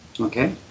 okay